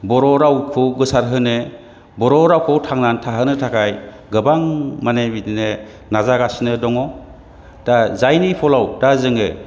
बर' रावखौ गोसारहोनो बर' रावखौ थांनानै थाहोनो थाखाय गोबां माने बिदिनो नाजागासिनो दङ दा जायनि फलआव दा जोङो